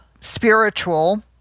spiritual